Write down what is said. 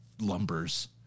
lumbers